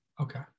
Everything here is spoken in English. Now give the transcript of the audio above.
Okay